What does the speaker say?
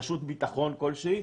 רשות ביטחון כלשהי,